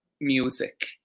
music